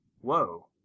Whoa